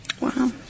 Wow